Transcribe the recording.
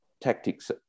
tactics